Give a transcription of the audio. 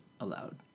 allowed